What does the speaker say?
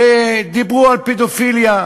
שדיברו על פדופיליה.